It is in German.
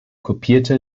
kopierte